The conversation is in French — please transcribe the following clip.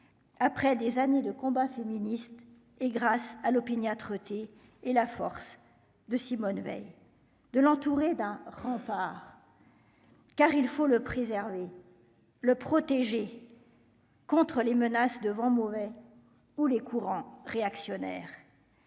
après des années de combats féministes et grâce à l'opiniâtreté et la force de Simone Veil, de l'entourée d'un rempart car il faut le préserver le protéger. Contre les menaces de vent mauvais où les courants réactionnaires